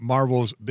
Marvel's